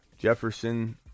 Jefferson